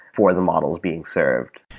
for the model being served.